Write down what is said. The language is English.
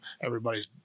everybody's